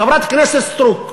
חברת הכנסת סטרוק.